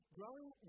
growing